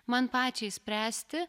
man pačiai spręsti